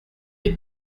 est